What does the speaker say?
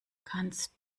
kannst